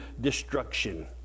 destruction